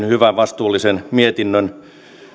hyvän vastuullisen mietinnön